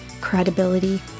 credibility